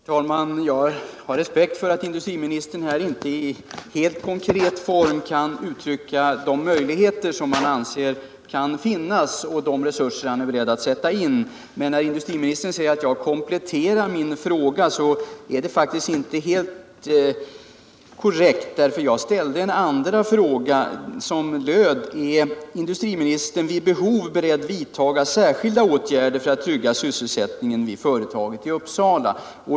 Herr talman! Jag har respekt för att industriministern här inte i helt konkret form kan uttrycka de möjligheter som han anser kan finnas och de resurser han är beredd att sätta in. Men när han säger att jag kompletterar min fråga är det faktiskt inte helt korrekt. Jag ställde nämligen en andra fråga, som löd: Är industriministern vid behov beredd vidtaga särskilda åtgärder för att trygga sysselsättningen vid företagen i Uppsala?